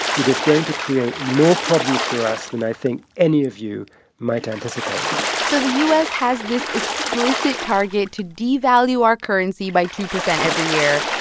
it is going to create more problems for us than i think any of you might anticipate so the u s. has this explicit target to devalue our currency by two percent every year,